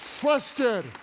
trusted